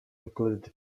included